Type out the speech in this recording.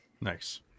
nice